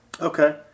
Okay